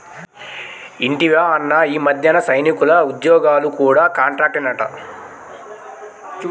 ఇంటివా అన్నా, ఈ మధ్యన సైనికుల ఉజ్జోగాలు కూడా కాంట్రాక్టేనట